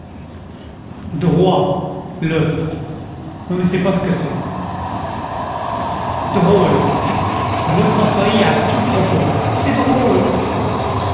droit le on ne sait pas ce que c'est drôle doit s'employer à tout propos c'est drôle